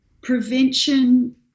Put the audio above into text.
Prevention